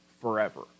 forever